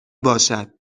باشد